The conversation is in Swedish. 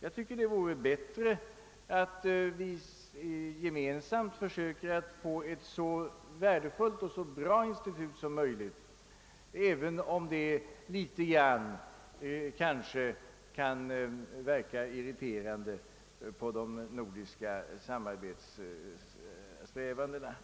Jag tycker det vore bättre att vi gemensamt försökte få till stånd ett så värdefullt och så bra institut som möjligt, även om det litet grand kan verka irriterande på de nordiska samarbetssträvandena.